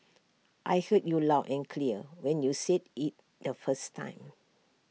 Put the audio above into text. I heard you loud and clear when you said IT the first time